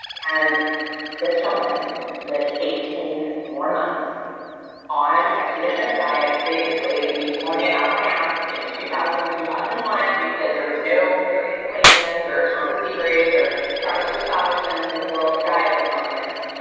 and this gentleman lived eighteen more months on a ketogenic diet, basically me pulling it out of my ass in two thousand two thousand and one because there was no miriam kalamians or or thomas seyfrieds or travis christoffersons in the world to guide us on this.